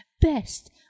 best